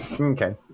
Okay